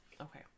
okay